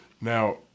Now